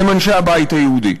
הם אנשי הבית היהודי.